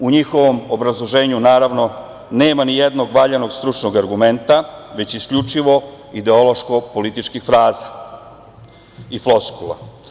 U njihovom obrazloženju, naravno, nema nijednog valjanog stručnog argumenta, već isključivo ideološko-političkih fraza i floskula.